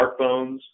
smartphones